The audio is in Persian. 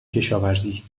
کشاورزی